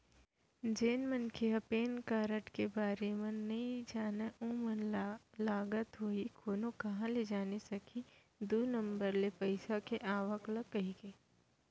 जेन मनखे मन ह पेन कारड के बारे म नइ जानय ओमन ल लगत होही कोनो काँहा ले जाने सकही दू नंबर ले पइसा के आवक ल कहिके